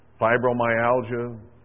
fibromyalgia